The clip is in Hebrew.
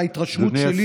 מההתרשמות שלי,